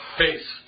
face